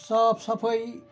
صاف صَفٲیی